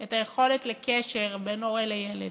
את היכולת לקשר בין הורה לילד.